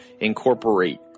incorporate